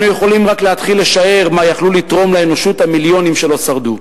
אנו יכולים רק להתחיל לשער מה יכלו לתרום לאנושות המיליונים שלא שרדו.